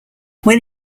when